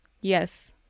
Yes